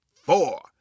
four